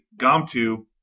Gomtu